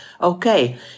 Okay